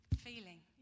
Feeling